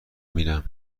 میرم